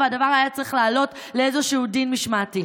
ושהדבר היה צריך לעלות לאיזשהו דין משמעתי.